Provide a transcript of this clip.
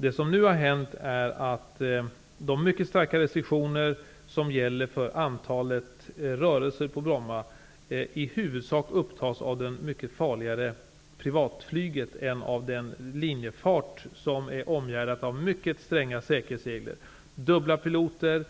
Det som nu har hänt är att det mycket starkt restriktivt omgärdade antalet rörelser på Bromma i huvudsak upptas av det mycket farligare privatflyget än av den linjefart som är omgärdad av mycket stränga säkerhetsregler: dubbla piloter,